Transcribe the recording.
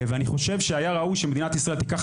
אני חושב שהיה ראוי שמדינת ישראל תיקח